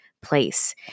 place